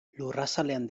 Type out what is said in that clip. lurrazalean